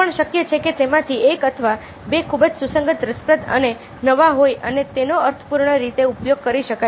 તે પણ શક્ય છે કે તેમાંથી એક અથવા બે ખૂબ જ સુસંગત રસપ્રદ અને નવા હોય અને તેનો અર્થપૂર્ણ રીતે ઉપયોગ કરી શકાય